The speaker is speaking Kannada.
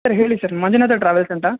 ಸರ್ ಹೇಳಿ ಸರ್ ಮಂಜುನಾಥ ಟ್ರಾವೆಲ್ಸ್ ಅಂತ